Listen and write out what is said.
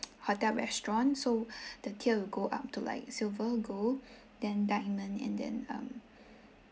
hotel restaurant so the tier will go up to like silver gold then diamond and then um